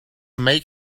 make